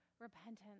repentance